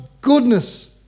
goodness